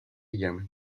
yemen